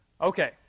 Okay